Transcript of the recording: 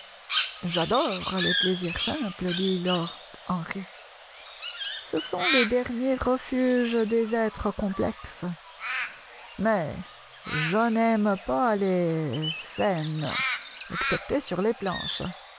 j'adore les plaisirs simples dit lord henry ce sont les derniers refuges des êtres complexes mais je n'aime pas les scènes excepté sur les planches